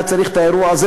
היה צריך את האירוע הזה,